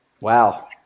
Wow